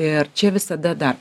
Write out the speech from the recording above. ir čia visada dar